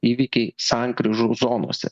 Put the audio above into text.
įvykiai sankryžų zonose